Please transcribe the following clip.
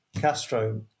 Castro